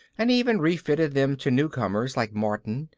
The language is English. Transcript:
and even refitted them to newcomers like martin,